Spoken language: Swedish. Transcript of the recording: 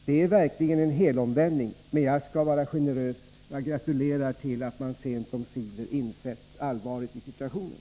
Det är verkligen en helomvändning. Men jag skall vara generös — jag gratulerar till att ni sent omsider inser allvaret i situationen.